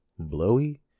Blowy